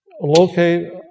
locate